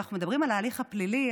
אנחנו מדברים על ההליך הפלילי,